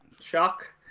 Shock